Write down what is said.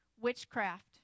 witchcraft